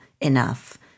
enough